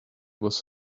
was